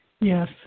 Yes